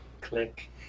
Click